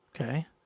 Okay